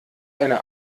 eine